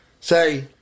say